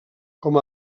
com